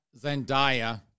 Zendaya